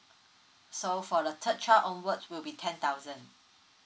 so for the third child onwards will be ten thousand